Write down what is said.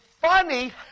funny